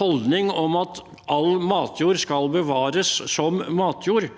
holdning om at all matjord skal bevares som matjord,